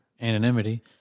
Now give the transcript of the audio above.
Anonymity